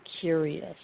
curious